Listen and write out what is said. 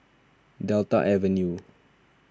Delta Avenue